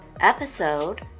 Episode